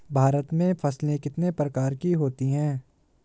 भारत में फसलें कितने प्रकार की होती हैं?